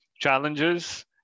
challenges